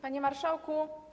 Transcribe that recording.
Panie Marszałku!